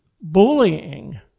Bullying